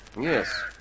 Yes